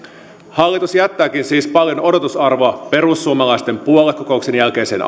hallitus jättääkin siis paljon odotusarvoa perussuomalaisten puoluekokouksen jälkeiseen